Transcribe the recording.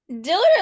Dillard